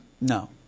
No